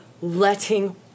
letting